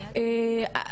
האפליקציות,